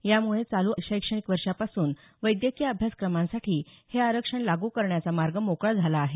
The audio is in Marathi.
यामुळे चालू शैक्षणिक वर्षापासून वैद्यकीय अभ्यासक्रमांसाठी हे आरक्षण लागू करण्याचा मार्ग मोकळा झाला आहे